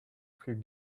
few